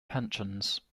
pensions